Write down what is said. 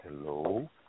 Hello